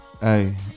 hey